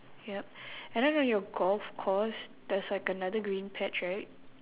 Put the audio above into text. yup and then on your golf course there's like another green patch right